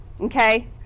okay